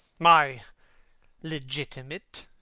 my legitimate,